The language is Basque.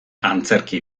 antzerki